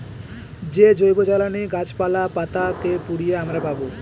যে জৈবজ্বালানী গাছপালা, পাতা কে পুড়িয়ে আমরা পাবো